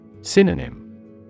Synonym